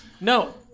No